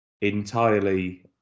entirely